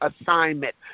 assignment